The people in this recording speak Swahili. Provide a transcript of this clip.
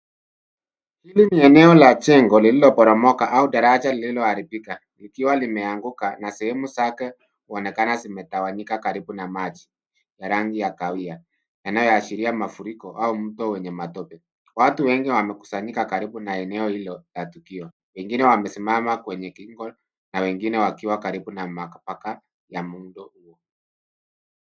Hili ni eneo la jengo lililoporomoka au daraja lililoharibika likiwa limeanguka na sehemu zake kuonekana zimetawanyika karibu na maji na rangi ya kahawia yanayoashiria mafuriko au mto wenye matope. Watu wengi wamekusanyika karibu na eneo hilo la tukio. Wengine wamesimama kwenye kingo na wengine wakiwa karibu na mabaki ya muundo huo.